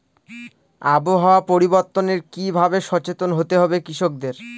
আবহাওয়া পরিবর্তনের কি ভাবে সচেতন হতে হবে কৃষকদের?